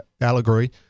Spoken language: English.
allegory